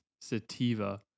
sativa